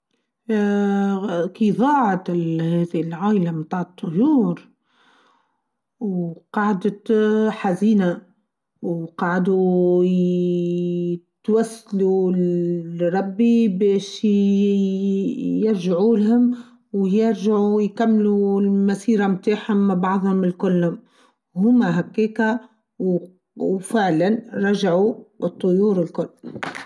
اااا ظاعت العايله تاع الطيور و قعدت حزينه و قاعدو يتوسلو لربي بيش يييي يرجعولهم و يرجعو و يكملو المسيره تاعهم لبعظهم الكلهم و هما هاكيكا و فعلا رجعو الطيور الكل.